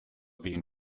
been